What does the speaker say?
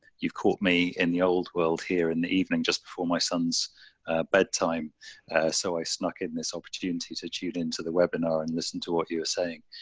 you've caught me in the old world here in the evening just before my son's bedtime so i snuck in this opportunity to tune into the webinar and listen to what you are saying.